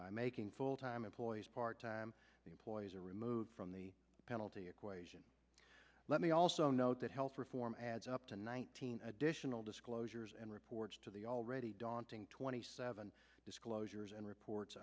by making full time employees part time employees are removed from the penalty equation let me also note that health reform adds up to nineteen additional disclosures and reports to the already daunting twenty seven disclosures and reports